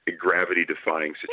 gravity-defying